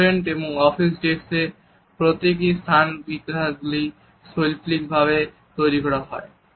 রেস্টুরেন্টে এবং অফিস ডেস্কে প্রতীকী স্থানবিভাগগুলি শৈল্পিকভাবে তৈরি করা হয়